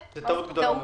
זו טעות גדולה מאוד.